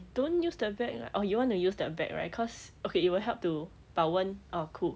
don't use the bag lah orh you want to use that bag right cause okay it will help to 保温 or cool